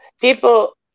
people